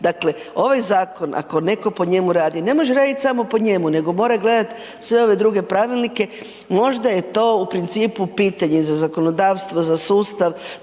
Dakle, ovaj zakon ako neko po njemu radi, ne može radit samo po njemu nego mora gledat sve ove druge pravilnike, možda je to u principu pitanje za zakonodavstvo, za sustav